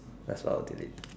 that's what I will delete